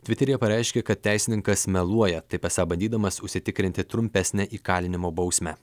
tviteryje pareiškė kad teisininkas meluoja taip esą bandydamas užsitikrinti trumpesnę įkalinimo bausmę